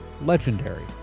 Legendary